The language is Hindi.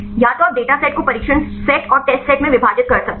या तो आप डेटासेट को प्रशिक्षण सेट और टेस्टसेट में विभाजित कर सकते हैं